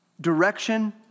direction